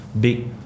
big